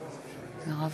עמאר,